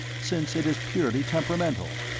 since it is purely temperamental,